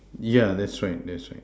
yeah that's right that's right